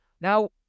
Now